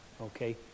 Okay